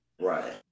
Right